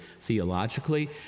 theologically